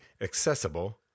accessible